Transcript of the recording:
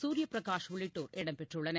குரிய பிரகாஷ் உள்ளிட்டோர் இடம்பெற்றுள்ளனர்